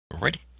Ready